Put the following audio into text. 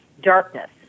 darkness